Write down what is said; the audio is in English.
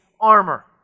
armor